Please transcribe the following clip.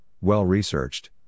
well-researched